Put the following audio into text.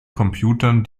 computern